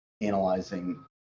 analyzing